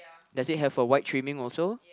does it have a white trimming also